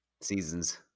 seasons